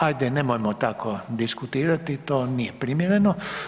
Ajde nemojmo tako diskutirati to nije primjereno.